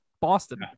Boston